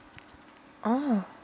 orh